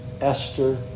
Esther